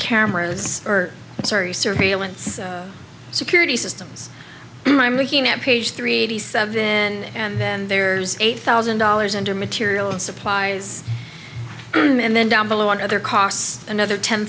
cameras or sorry surveillance security systems i'm looking at page three eighty seven and then there's eight thousand dollars under material and supplies and then down below on other costs another ten